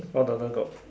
four dollar got